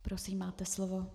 Prosím, máte slovo.